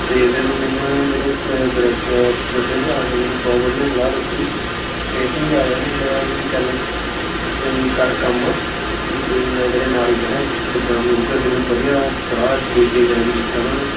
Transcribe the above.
ਅਤੇ ਫਿਰ ਮੈਨੂੰ ਮੇਰੇ ਬ ਬਰਦਰ ਵੱਡੇ ਭਰਾ ਨੇ ਮੈਨੂੰ ਬਹੁਤ ਵਧੀਆ ਸਲਾਹ ਦਿੱਤੀ ਅਤੇ ਸਮਝਾਇਆ ਉਹਨੇ ਕਿਹਾ ਵੀ ਚਲ ਤੂੰ ਕਰ ਕੰਮ ਵੀ ਕੋਈ ਮੈਂ ਤੇਰੇ ਨਾਲ ਹੀ ਖੜ੍ਹਾਂ ਜਿੱਦਾਂ ਵੀ ਹੋਵੇਗਾ ਅਤੇ ਮੈਨੂੰ ਵਧੀਆ ਸਲਾਹ ਦੇ ਕੇ ਗਾਈਡ ਕੀਤਾ ਉਹਨਾਂ ਨੇ